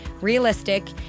realistic